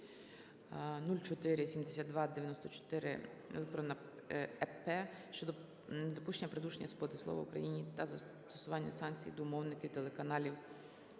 22/047294-еп "Щодо недопущення придушення свободи слова в Україні та застосування санкцій до мовників телеканалів